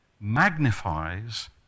magnifies